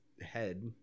head